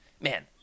man